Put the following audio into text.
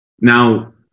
now